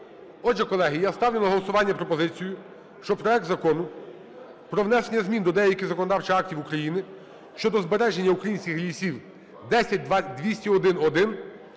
Отже, колеги, я ставлю на голосування пропозицію, щоб проект Закону про внесення змін до деяких законодавчих актів України щодо збереження українських лісів (10201-1)